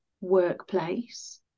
workplace